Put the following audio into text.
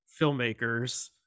filmmakers